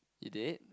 you did